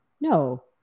No